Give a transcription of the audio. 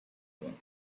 win